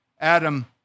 Adam